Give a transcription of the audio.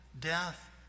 death